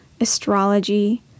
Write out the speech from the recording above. astrology